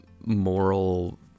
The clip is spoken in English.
moral